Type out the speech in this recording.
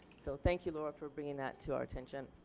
so thank you laura for bringing that to our attention.